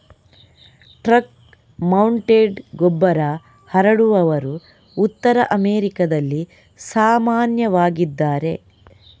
truck mounted ಗೊಬ್ಬರ ಹರಡುವವರು ಉತ್ತರ ಅಮೆರಿಕಾದಲ್ಲಿ ಸಾಮಾನ್ಯವಾಗಿದ್ದಾರೆ